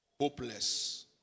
hopeless